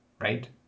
right